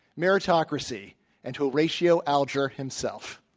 meritocracy and to horatio alger himself.